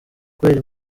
kubera